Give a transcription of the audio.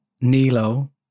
Nilo